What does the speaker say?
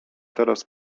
teraz